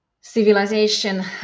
civilization